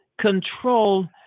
control